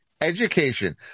Education